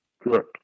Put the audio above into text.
correct